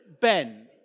Ben